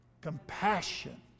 Compassion